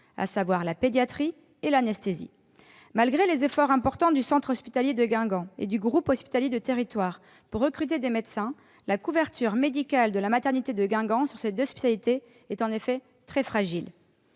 à savoir la pédiatrie et l'anesthésie. Malgré les efforts importants du centre hospitalier de Guingamp et du groupement hospitalier de territoire pour recruter des médecins, la couverture médicale de la maternité de Guingamp sur ces deux spécialités est, en effet, très fragile.